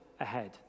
ahead